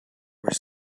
were